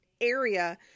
area